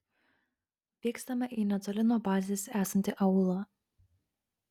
vykstame į netoli nuo bazės esantį aūlą